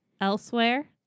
Elsewhere